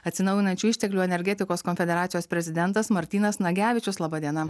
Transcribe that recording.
atsinaujinančių išteklių energetikos konfederacijos prezidentas martynas nagevičius laba diena